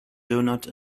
doughnut